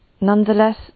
Nonetheless